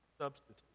substitute